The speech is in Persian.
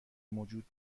موجود